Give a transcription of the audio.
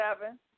seven